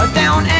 down